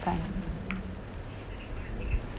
done